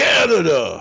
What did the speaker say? Canada